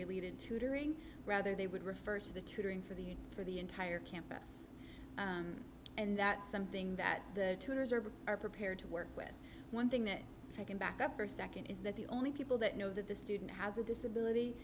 related tutoring rather they would refer to the tutoring for the for the entire campus and that something that the tutors are are prepared to work with one thing that they can back up or second is that the only people that know that the student has a disability